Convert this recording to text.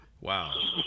Wow